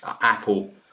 Apple